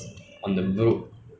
but then I will go to a bank